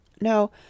No